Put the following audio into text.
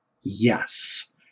yes